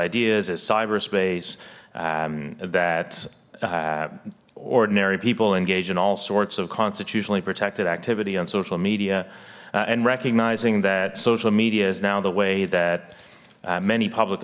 ideas is cyberspace that ordinary people engage in all sorts of constitutionally protected activity on social media and recognizing that social media is now the way that many public